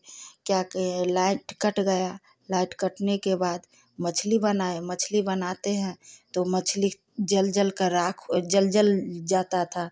क्या किए हैं लाइट कट गया लाइट कटने के बाद मछली बनाए मछली बनाते हैं तो मछली जल जलकर राख वह जल जल जाता था